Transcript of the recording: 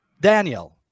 Daniel